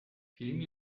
film